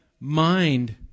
mind